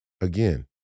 again